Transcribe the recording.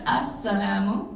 assalamu